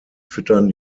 füttern